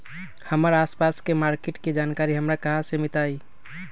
हमर आसपास के मार्किट के जानकारी हमरा कहाँ से मिताई?